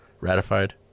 ratified